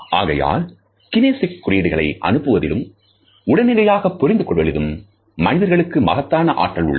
ஆகையால் கினேசிக்ஸ் குறியீடுகளை அனுப்புவதிலும் உடனடியாக புரிந்து கொள்வதிலும் மனிதர்களுக்கு மகத்தான ஆற்றல்கள் உள்ளது